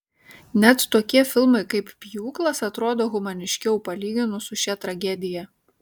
net tokie filmai kaip pjūklas atrodo humaniškiau palyginus su šia tragedija